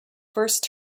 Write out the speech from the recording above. first